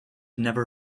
never